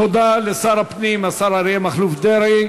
תודה לשר הפנים, השר אריה מכלוף דרעי.